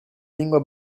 lingua